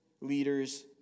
leaders